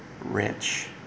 Rich